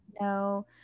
no